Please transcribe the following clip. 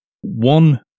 one